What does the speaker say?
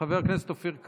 חבר הכנסת אופיר כץ,